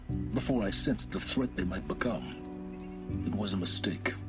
before i sensed the threat they might become it was a mistake.